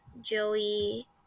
Joey